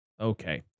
okay